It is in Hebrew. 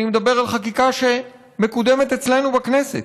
אני מדבר על חקיקה שמקודמת אצלנו בכנסת: